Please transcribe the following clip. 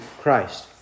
Christ